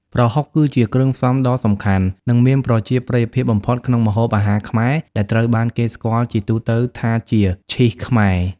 ប្រហុក គឺជាគ្រឿងផ្សំដ៏សំខាន់ និងមានប្រជាប្រិយភាពបំផុតក្នុងម្ហូបអាហារខ្មែរ ដែលត្រូវបានគេស្គាល់ជាទូទៅថាជា "ឈីសខ្មែរ"។